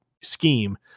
scheme